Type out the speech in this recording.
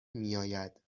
میاید